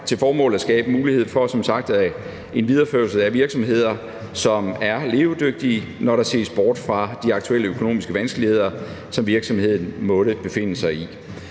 til formål at skabe mulighed for en videreførelse af virksomheder, som er levedygtige, når der ses bort fra de aktuelle økonomiske vanskeligheder, som virksomheden måtte befinde sig i.